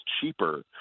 cheaper